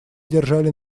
держали